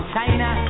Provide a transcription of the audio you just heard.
China